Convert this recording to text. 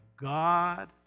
God